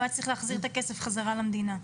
הוא היה צריך להחזיר את הכסף חזרה למדינה.